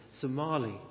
Somali